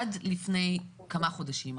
עד לפני כמה חודשים,